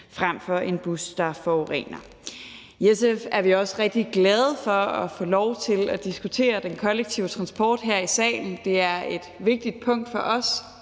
frem for en bus, der forurener. I SF er vi også rigtig glade for at få lov til at diskutere den kollektive transport her i salen. Det er et vigtigt punkt for os.